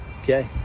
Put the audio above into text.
Okay